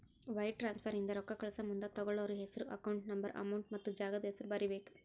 wire transfer ಇಂದ ರೊಕ್ಕಾ ಕಳಸಮುಂದ ತೊಗೋಳ್ಳೋರ್ ಹೆಸ್ರು ಅಕೌಂಟ್ ನಂಬರ್ ಅಮೌಂಟ್ ಮತ್ತ ಜಾಗದ್ ಹೆಸರ ಬರೇಬೇಕ್